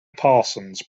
parsons